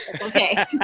okay